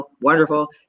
wonderful